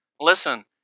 Listen